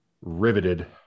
riveted